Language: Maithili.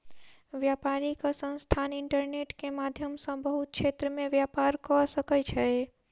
व्यापारिक संस्थान इंटरनेट के माध्यम सॅ बहुत क्षेत्र में व्यापार कअ सकै छै